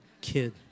kid